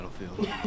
Battlefield